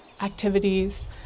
activities